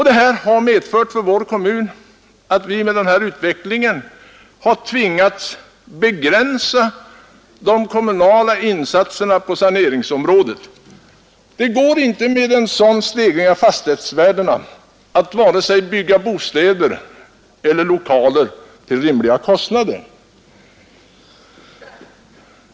Detta har för vår kommun medfört att vi tvingats begränsa de kommunala insatserna på saneringsområdet. Det går inte med en sådan stegring av fastighetsvärdena att vare sig bygga bostäder eller lokaler till rimliga priser.